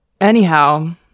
Anyhow